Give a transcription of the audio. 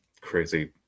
crazy